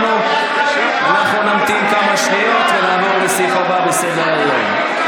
אנחנו נמתין כמה שניות ונעבור לסעיף הבא בסדר-היום.